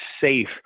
safe